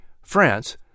France